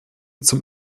zum